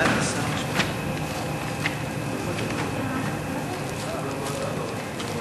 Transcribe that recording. ההצעה להעביר את הנושא לוועדת החוץ והביטחון נתקבלה.